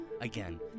Again